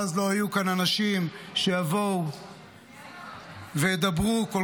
ואז לא יהיו כאן אנשים שיבואו וידברו כל